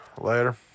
Later